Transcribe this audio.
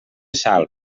sal